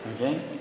okay